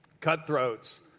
cutthroats